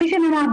כפי שנאמר,